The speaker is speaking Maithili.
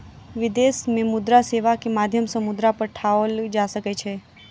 विदेश में मुद्रा सेवा के माध्यम सॅ मुद्रा पठाओल जा सकै छै